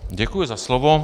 Děkuji za slovo.